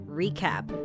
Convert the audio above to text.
recap